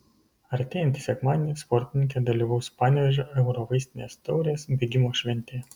artėjantį sekmadienį sportininkė dalyvaus panevėžio eurovaistinės taurės bėgimo šventėje